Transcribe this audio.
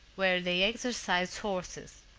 where they exercise horses.